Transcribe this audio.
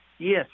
Yes